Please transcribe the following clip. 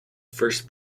first